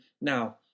Now